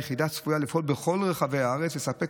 היחידה צפויה לפעול בכל רחבי הארץ ולספק